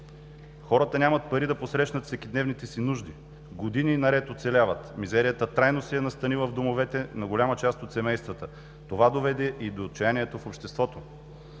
Хората нямат пари да посрещнат всекидневните си нужди, години наред оцеляват, мизерията трайно се е настанила в домовете на голяма част от семействата, това доведе и до отчаянието в обществото.